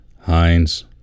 Heinz